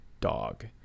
dog